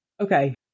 Okay